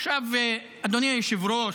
עכשיו, אדוני היושב-ראש,